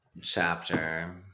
Chapter